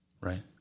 right